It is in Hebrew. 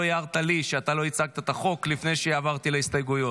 לא הערת לי שאתה לא הצגת את החוק לפני שעברתי להסתייגויות?